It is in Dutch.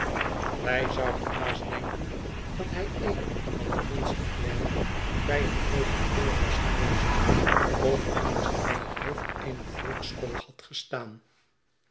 wij zouden haast denken dat hij een van de minste klerken bij een procureur was geweest of anders aan het hoofd eener volksschool had gestaan